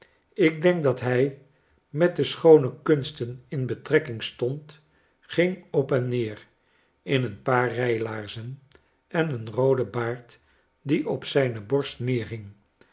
ik denk dat hij met de schoone kunsten in betrekking stond ging op en neer in een paar rijlaarzen en een rooden baard die op zijne borst